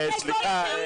אמרנו בהתחלה.